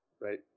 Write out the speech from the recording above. Right